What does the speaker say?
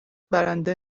برنده